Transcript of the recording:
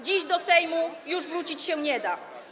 Dziś do Sejmu już wrócić się nie da.